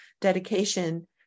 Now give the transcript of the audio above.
dedication